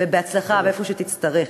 בהצלחה, ומה שתצטרך.